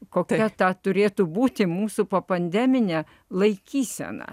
kokia ta turėtų būti mūsų popandeminė laikysena